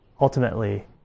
ultimately